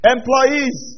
Employees